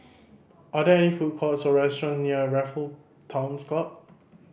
are there any food courts or restaurants near Raffle Towns Club